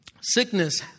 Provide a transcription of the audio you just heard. Sickness